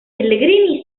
pellegrini